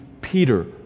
Peter